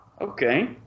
okay